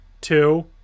two